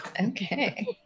Okay